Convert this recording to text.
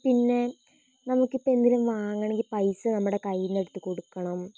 പിന്നെ നമുക്കിപ്പം എന്തേലും വാങ്ങണമെങ്കിൽ പൈസ നമ്മുടെ കയ്യീന്നെടുത്ത് കൊടുക്കണം